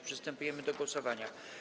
Przystępujemy do głosowania.